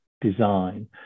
design